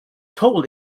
total